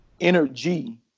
energy